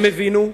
הם הבינו.